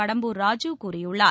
கடம்பூர் ராஜு கூறியுள்ளார்